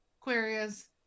Aquarius